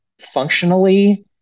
functionally